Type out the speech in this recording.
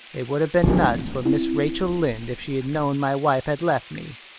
it would have been nuts for mrs. rachel lynde if she had known my wife had left me,